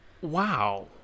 Wow